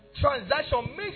transaction